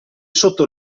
sotto